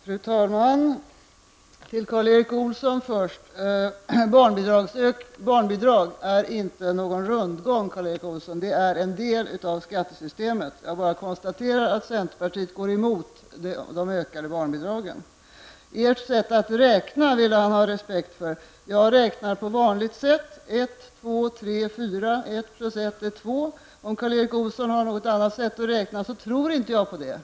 Fru talman! Först till Karl Erik Olsson: Barnbidragen innebär inte någon rundgång, utan de är en del av skattesystemet. Jag bara konstaterar att centerpartiet går emot de ökade barnbidragen. Karl-Erik Olsson vill ha respekt för centerns sätt att räkna. Jag räknar på vanligt sätt: 1, 2, 3, 4 och 1 plus 1 är 2. Om Karl Erik Olsson har något annat sätt att räkna tror jag inte på det.